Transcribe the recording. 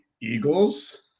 Eagles